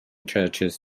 churches